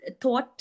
thought